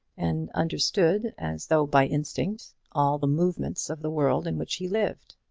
and understood, as though by instinct, all the movements of the world in which he lived.